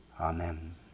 Amen